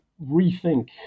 rethink